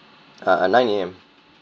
ah nine A_M